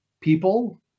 people